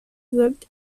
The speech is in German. sorgt